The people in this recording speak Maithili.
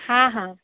हँ हँ